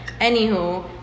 anywho